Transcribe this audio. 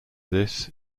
this